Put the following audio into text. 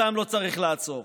אותם לא צריך לעצור,